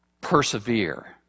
persevere